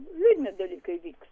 liūdni dalykai vyks